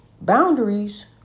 boundaries